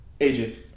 AJ